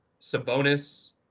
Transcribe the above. Sabonis